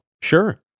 Sure